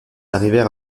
arrivèrent